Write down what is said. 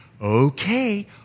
Okay